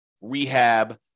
rehab